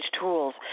tools